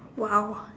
!wow!